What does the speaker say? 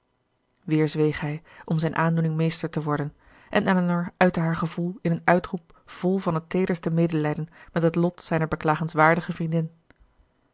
weer zweeg hij om zijn aandoening meester te worden en elinor uitte haar gevoel in een uitroep vol van het teederste medelijden met het lot zijner beklagenswaardige vriendin